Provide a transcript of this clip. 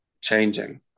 changing